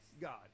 God